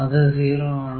അത് 0 ആണ്